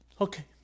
Okay